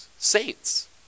saints